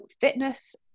fitness